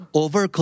over